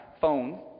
phone